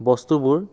বস্তুবোৰ